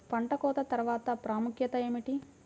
పంట కోత తర్వాత ప్రాముఖ్యత ఏమిటీ?